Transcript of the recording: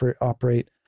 operate